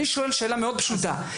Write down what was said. אני שואל שאלה מאוד פשוטה.